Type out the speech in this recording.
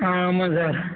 ஆமாம் சார்